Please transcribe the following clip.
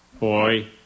Boy